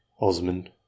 Osman